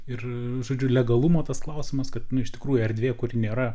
ir žodžiu legalumo tas klausimas kad iš tikrųjų erdvė kuri nėra